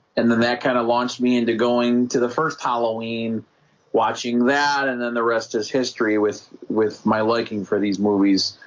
and then that kind of launched me into going to the first halloween watching that and then the rest is history with with my liking for these movies,